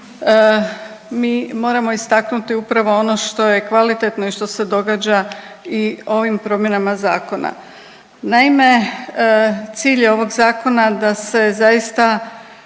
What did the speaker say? mi moramo istaknuti upravo ono što je kvalitetno i što se događa i ovim promjenama zakona. Naime, cilj je ovog zakona da se zaista